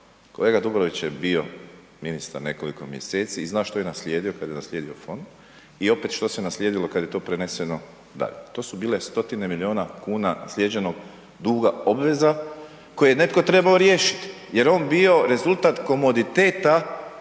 Kolega Dobrović je bio ministar nekoliko mjeseci i zna što je naslijedio kad je naslijedio fond i opet šte se naslijedilo kad je to preneseno dalje, to su bile stotine milijuna kuna naslijeđenog duga obveza koje je netko trebao riješiti jer je on bio rezultat komoditeta